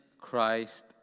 Christ